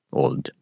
old